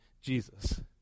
Jesus